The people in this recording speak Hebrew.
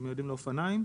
שמיועדים לאופניים,